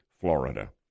Florida